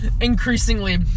increasingly